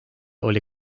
oli